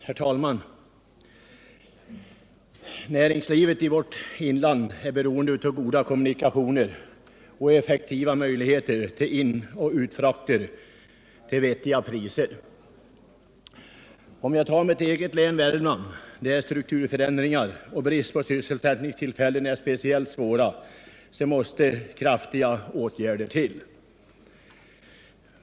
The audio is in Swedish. Herr talman! Näringslivet i inlandet är beroende av goda kommunikationer och effektiva möjligheter till inoch utfrakter till vettiga priser. I mitt eget län, Värmland, där strukturförändringarna och bristen på sysselsättningstillfällen är speciellt svåra, måste kraftiga åtgärder till.